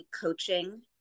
coaching